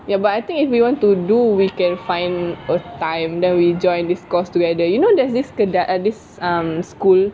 ya but I think if we want to do we can find a time then we join this course together you know there's this thing that this um school